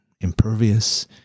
impervious